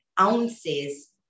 ounces